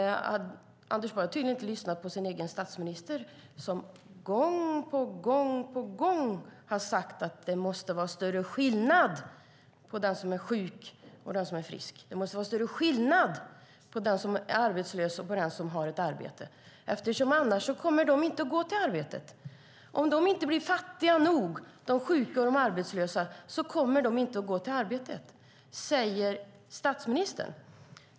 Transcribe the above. Anders Borg har tydligen inte lyssnat på sin egen statsminister som gång på gång har sagt att det måste vara större skillnad mellan den som är sjuk och den som är frisk. Det måste vara större skillnad mellan den som är arbetslös och den som har ett arbete. Annars kommer de arbetslösa inte att gå till arbete. Om de sjuka och arbetslösa inte blir fattiga nog kommer de inte att gå till arbete, säger statsministern.